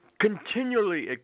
continually